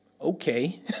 Okay